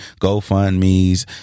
GoFundMes